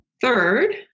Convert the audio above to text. Third